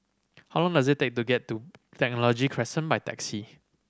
how long does it take to get to Technology Crescent by taxi